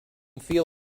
feel